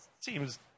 seems